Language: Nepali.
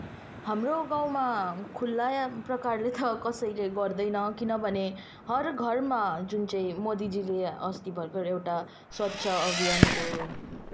हाम्रो गाउँमा खुल्ला प्रकारले त कसैले गर्दैन किनभने हरघरमा जुन चाहिँ मोदीजीले अस्ति भर्खर एउटा स्वच्छ अभियानको